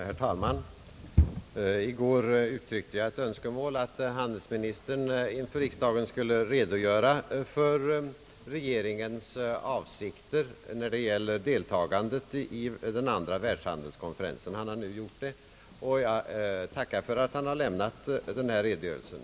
Herr talman! I går uttryckte jag ett önskemål att handelsministern inför riksdagen skulle redogöra för regeringens avsikter när det gäller deltagandet i den andra världshandelskonferensen. Han har nu gjort det, och jag tackar för att han har lämnat den här redogörel sen.